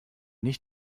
nicht